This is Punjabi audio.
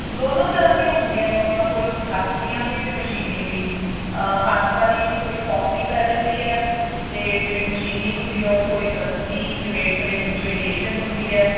ਦੋਨੋਂ ਤਰ੍ਹਾਂ ਦੀਆਂ ਹੁੰਦੀਆਂ ਨੇ ਉਹਨਾਂ ਕੋਲ ਹੱਥ ਦੀਆਂ ਵੀ ਅਤੇ ਮਸ਼ੀਨੀ ਵੀ ਹੱਥ ਵਾਲੀ ਥੋੜ੍ਹੀ ਕੋਸਟਲੀ ਪੈ ਜਾਂਦੀ ਹੈ ਅਤੇ ਜਿਹੜੀ ਮਸ਼ੀਨੀ ਹੁੰਦੀ ਆ ਉਹ ਥੋੜ੍ਹੀ ਸਸਤੀ ਰੇਟ ਦੇ ਵਿੱਚ ਵੇਰੀਏਸ਼ਨ ਹੁੰਦੀ ਹੈ